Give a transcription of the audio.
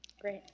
Great